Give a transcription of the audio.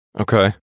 Okay